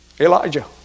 Elijah